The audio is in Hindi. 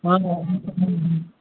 हाँ हाँ